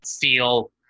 feel